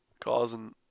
causing